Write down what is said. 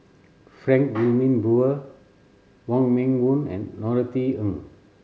Frank Wilmin Brewer Wong Meng Voon and Norothy Ng